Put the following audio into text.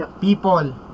People